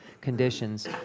conditions